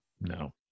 No